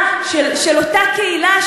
תירגע, תירגע.